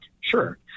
sure